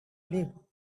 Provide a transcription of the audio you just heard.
live